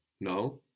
no